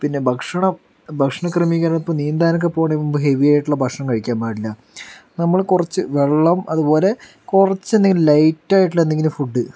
പിന്നെ ഭക്ഷണം ഭക്ഷണ ക്രമീകരണം ഇപ്പോൾ നീന്താനൊക്കെ പോകുന്ന മുമ്പ് ഹെവി ആയിട്ടുള്ള ഭക്ഷണം കഴിക്കാൻ പാടില്ല നമ്മള് കുറച്ച് വെള്ളം അത് പോലെ കുറച്ചെന്തെങ്കിലും ലൈറ്റ് ആയിട്ടുള്ള എന്തെങ്കിലും ഫുഡ്